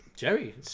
Jerry